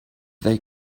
they